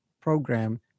program